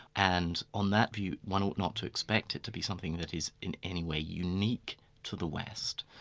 and on that view one ought not to expect it to be something that is in any way unique to the west,